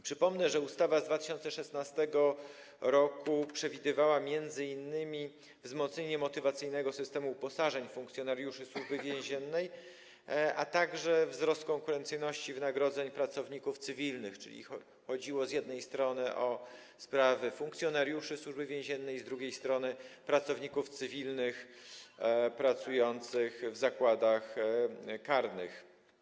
Przypomnę, że ustawa z 2016 r. przewidywała m.in. wzmocnienie motywacyjnego systemu uposażeń funkcjonariuszy Służby Więziennej, a także wzrost konkurencyjności wynagrodzeń pracowników cywilnych, czyli chodziło, z jednej strony, o sprawy funkcjonariuszy Służby Więziennej, z drugiej strony, o sprawy pracowników cywilnych pracujących w zakładach karnych.